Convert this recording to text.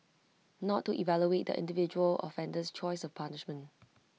not to evaluate the individual offender's choice of punishment